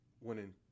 winning